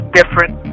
different